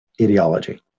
ideology